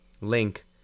link